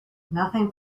nothing